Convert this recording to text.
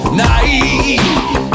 night